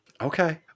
Okay